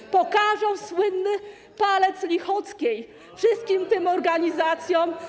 Ojej... ...pokażą słynny palec Lichockiej wszystkim tym organizacjom.